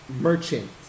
merchant